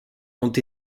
ont